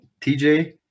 TJ